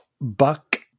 Buck